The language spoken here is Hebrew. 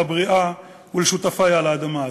לבריאה ולשותפי על האדמה הזו.